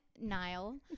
Niall